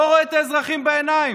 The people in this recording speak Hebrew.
לא רואה את האזרחים בעיניים,